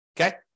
okay